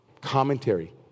commentary